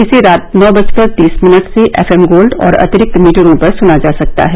इसे रात नौ बजकर तीस मिनट से एफएम गोल्ड और अतिरिक्त मीटरों पर स्ना जा सकता है